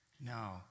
No